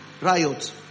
riot